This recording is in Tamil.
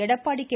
எடப்பாடி கே